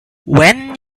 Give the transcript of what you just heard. when